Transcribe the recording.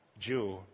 Jew